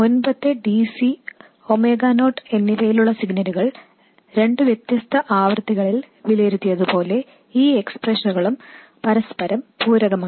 മുൻപത്തെ dc omega naught എന്നിവയിലുള്ള സിഗ്നലുകൾ രണ്ടു വ്യത്യസ്ത ആവൃത്തികളിൽ വിലയിരുത്തിയതുപോലെ ഈ എക്സ്പ്രഷനുകളും പരസ്പരം പൂരകമാണ്